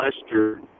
Lester